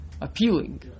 appealing